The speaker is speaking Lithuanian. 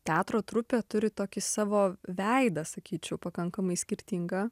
teatro trupė turi tokį savo veidą sakyčiau pakankamai skirtingą